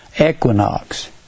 equinox